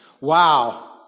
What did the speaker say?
Wow